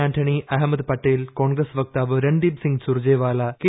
ആൻണി അഹമ്മദ് പട്ടേൽ കോൺഗ്രസ് വക്താവ് രൺദീപ് സിംഗ് സൂർജേവാല കെ